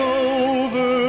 over